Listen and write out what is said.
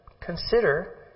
consider